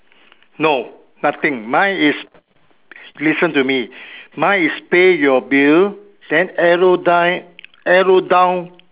no nothing mine is listen to me mine is pay your bill then arrow die arrow down